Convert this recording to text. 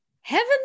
Heaven